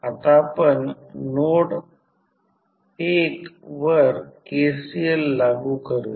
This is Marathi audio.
आता आपण नोड 1 वर KCL लागू करूया